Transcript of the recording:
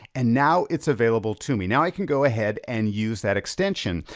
and now it's available to me. now i can go ahead and use that extension.